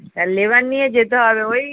তা লেবার নিয়ে যেতে হবে ওই